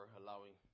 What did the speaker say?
allowing